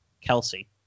Kelsey